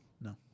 No